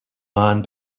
man